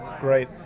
Great